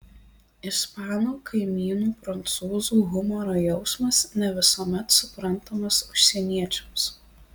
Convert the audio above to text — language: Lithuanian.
ispanų kaimynų prancūzų humoro jausmas ne visuomet suprantamas užsieniečiams